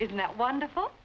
isn't that wonderful